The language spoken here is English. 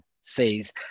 says